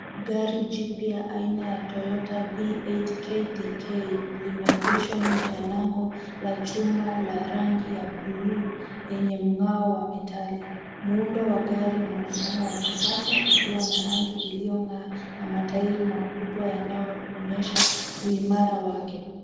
Gari jipya aina ya toyota vitz kdk limeegeshwa nje ya lango ya chuma ya rangi ya buluu yenye mngao wa metali. Muundo wa gari unaonekana wa kisasa ukiwa na rangi uliongaa na matairi makubwa yanayoonyesha uimara wake.